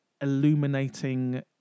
illuminating